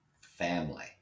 family